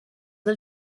del